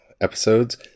episodes